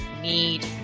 need